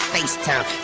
FaceTime